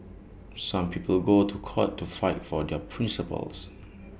some people go to court to fight for their principles